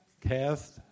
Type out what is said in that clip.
Cast